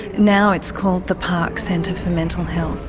now it's called the park centre for mental health.